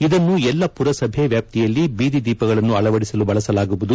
ಇದನ್ನು ಎಲ್ಲ ಪುರಸಭೆ ವ್ಯಾಪ್ತಿಯಲ್ಲಿ ಬೀದಿ ದೀಪಗಳನ್ನು ಅಳವಡಿಸಲು ಬಳಸಲಾಗುವುದು